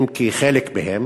אם כי אולי חלק מהם,